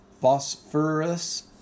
phosphorus